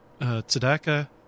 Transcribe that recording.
Tzedakah